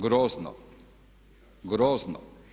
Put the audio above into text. Grozno, grozno.